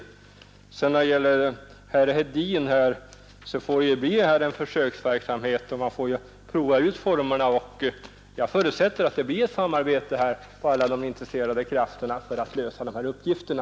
Jag vill säga till herr Hedin att verksamheten får bedrivas på försök; man får prova ut formerna, och jag förutsätter att alla intresserade krafter kommer att samarbeta för att lösa de här uppgifterna.